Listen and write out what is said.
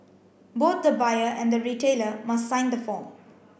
both the buyer and the retailer must sign the form